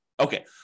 Okay